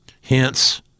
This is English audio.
Hence